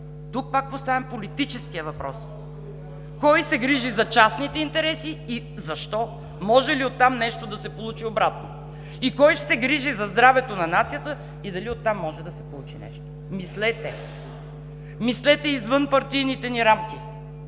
Тук пак поставям политическия въпрос: Кой се грижи за частните интереси и защо? Може ли от там нещо да се получи обратно? Кой ще се грижи за здравето на нацията и дали от там може да се получи нещо? Мислете! Мислете извън партийните ни рамки,